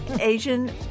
Asian